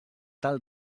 tal